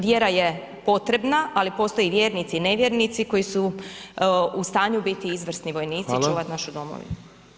Vjera je potrebna, ali postoje i vjernici i nevjernici koji su u stanju biti izvrsni vojnici i čuvati našu domovinu.